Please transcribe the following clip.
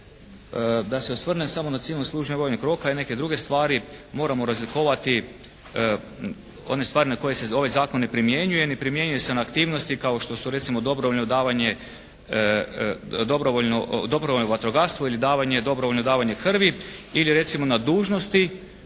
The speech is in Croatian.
Da se osvrnem samo na civilno služenje vojnog roka i neke druge stvari. Moramo razlikovati one stvari na koje se ovaj zakon ne primjenjuje. Ne primjenjuje se na aktivnosti kao što su recimo dobrovoljno davanje, dobrovoljno vatrogastvo ili dobrovoljno davanje krvi. Ili recimo na dužnosti